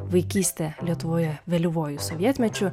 vaikystė lietuvoje vėlyvuoju sovietmečiu